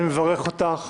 אני מברך אותך,